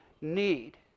need